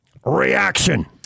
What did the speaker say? Reaction